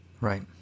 Right